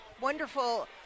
Wonderful